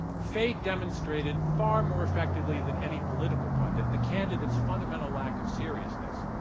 fey demonstrated far more effectively than any political pundit the candidate's fundamental lack of seriousness,